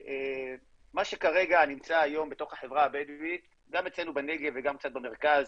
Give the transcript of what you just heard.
שמה שכרגע נמצא בתוך החברה הבדואית נמצא גם אצלנו בנגב וגם קצת במרכז,